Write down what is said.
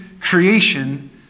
creation